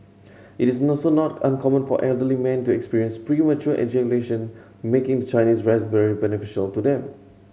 it is not uncommon for elderly men to experience premature ejaculation making the Chinese raspberry beneficial to them